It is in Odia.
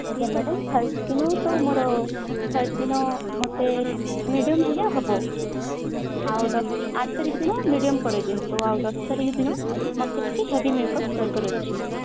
ଆଜ୍ଞା ମାଡାମ୍ ଫାଷ୍ଟ ଦିନରୁ ତ ମୋର ଫାଷ୍ଟ ଦିନ ମତେ ମିଡିୟମ୍ ହେଲେ ହେବ ଆଉ ଦଶ ଆଠ ତାରିଖ ଦିନ ମିଡିୟମ୍ କରେଇ ଦିଅନ୍ତୁ ଆଉ ଦଶ ତାରିଖ ଦିନ ମୋତେ ଟିକେ ହେଭି ମେକ୍ଅପ୍ ଦରକାର ଅଛି